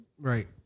Right